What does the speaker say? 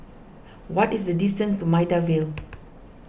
what is the distance to Maida Vale